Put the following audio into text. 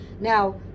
Now